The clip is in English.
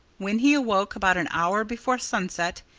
when he awoke, about an hour before sunset,